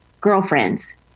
girlfriends